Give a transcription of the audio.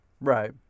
right